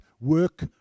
work